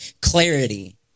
clarity